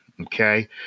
Okay